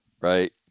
right